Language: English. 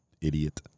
idiot